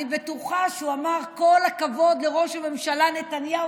אני בטוחה שהוא אמר: כל הכבוד לראש הממשלה נתניהו,